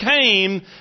came